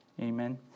Amen